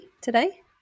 today